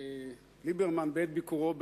ליברמן בעת ביקורו במוסקבה.